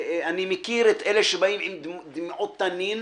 אני מכיר את אלה שבאים עם דמעות תנין